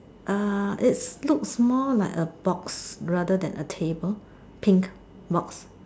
uh its looks more like a box rather than a table pink box